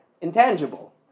intangible